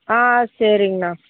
ஆ சரிங்கண்ணா